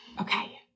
Okay